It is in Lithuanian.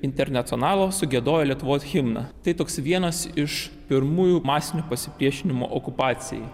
internacionalo sugiedojo lietuvos himną tai toks vienas iš pirmųjų masinių pasipriešinimo okupacijai